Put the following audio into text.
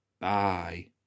Bye